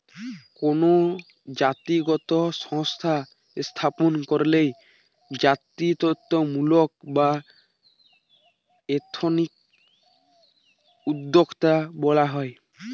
কোনো জাতিগত সংস্থা স্থাপন কইরলে জাতিত্বমূলক বা এথনিক উদ্যোক্তা বলা হয়